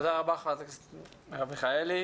תודה, חברת הכנסת מרב מיכאלי.